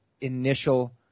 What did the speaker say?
initial